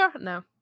No